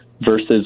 versus